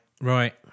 right